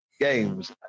games